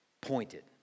pointed